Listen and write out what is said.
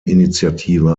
initiative